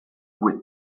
goad